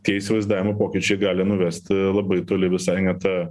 teisių vaizdavimo pokyčiai gali nuvesti labai toli visai ne ta